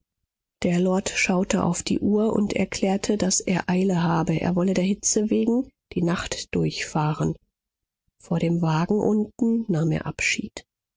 der lord schaute auf die uhr und erklärte daß er eile habe er wolle der hitze wegen die nacht durch fahren vor dem wagen unten nahm er abschied